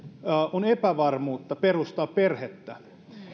on epävarmuutta perustaa perhettä